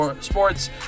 Sports